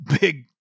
big